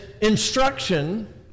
instruction